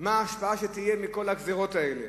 מה ההשפעה שתהיה מכל הגזירות האלה.